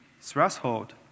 threshold